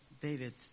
David